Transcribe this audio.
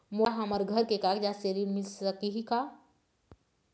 मोला हमर घर के कागजात से ऋण मिल सकही का?